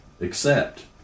Accept